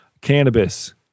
cannabis